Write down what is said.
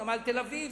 נמל תל-אביב.